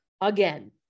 again